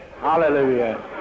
Hallelujah